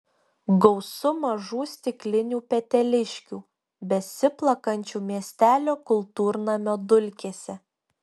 gausu mažų stiklinių peteliškių besiplakančių miestelio kultūrnamio dulkėse